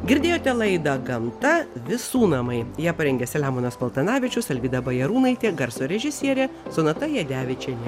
girdėjote laidą gamta visų namai ją parengė selemonas paltanavičius alvyda bajarūnaitė garso režisierė sonata jadevičienė